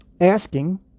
asking